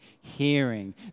hearing